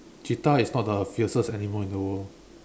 cheetah is not the fiercest animal in the world